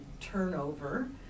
turnover